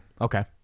Okay